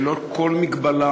ללא כל מגבלה,